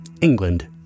England